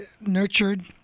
nurtured